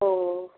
ओ